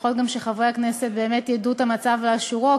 לפחות גם שחברי הכנסת באמת ידעו את המצב לאשורו,